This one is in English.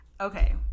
Okay